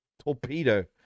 torpedo